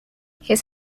his